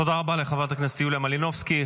תודה רבה לחברת הכנסת יוליה מלינובסקי.